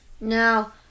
Now